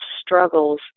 struggles